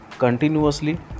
continuously